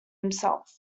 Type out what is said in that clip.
himself